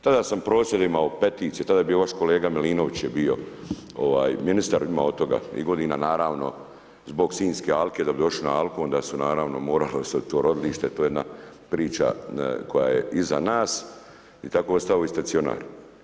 Tada sam prosvjede imao, peticije, tada je bio još kolega Milinović je bio ministar, ima od toga i godina naravno zbog sinjske alke, da bi došli na alku onda su naravno morali ostaviti to rodilište, to je jedna priča koja je iza nas i tako je ostao i stacionar.